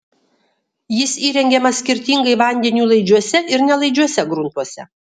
jis įrengiamas skirtingai vandeniui laidžiuose ir nelaidžiuose gruntuose